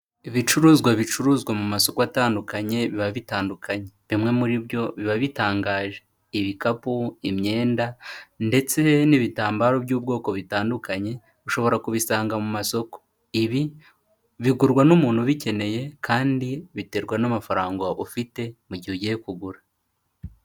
Ibicuruzwa bicuruzwa mu masoko atandukanye biba bitandukanye, bimwe muri byo biba bitangaje ibikapu, imyenda ndetse n'ibitambaro by'ubwoko bitandukanye ushobora kubisanga mu masoko, ibi bigurwa n'umuntu ubikeneye kandi biterwa n'amafaranga ufite mu gihe ugiye kugura.